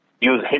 use